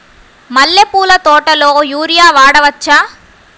మల్లె పూల తోటలో యూరియా వాడవచ్చా?